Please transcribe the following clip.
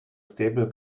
stable